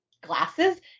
glasses